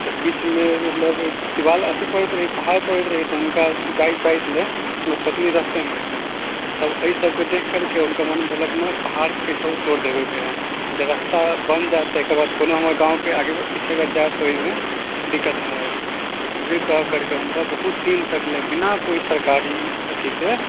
तऽ बीचमे मतलब दीवाल अथी पड़ैत रहै पहाड़ पड़ैत रहै तऽ हुनका जाइत जाइत लऽ हुनकर पत्नी रस्तेमे मरि गेलनि तब एहि सबके देखि करिके हुनकर मन भेलक नहि पहाड़के कइसेहो तोड़ि देबैके हइ जे रास्ता बनि जाइत तऽ एकर बाद कोनो हमर गाँवके आगे पीछे अगर जाइत तऽ ओहिमे दिक्कत नहि हैत तऽ वएह कहि करिके हुनका बहुत दिन तक लए बिना कोइ सरकारी अथीके